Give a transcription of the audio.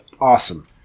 awesome